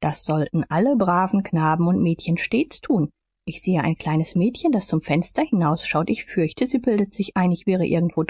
das sollten alle braven knaben und mädchen stets tun ich sehe ein kleines mädchen das zum fenster hinausschaut ich fürchte sie bildet sich ein ich wäre irgendwo